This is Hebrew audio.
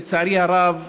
לצערי הרב,